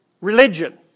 religion